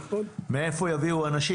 מאיפה יביאו אנשים?